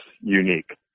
unique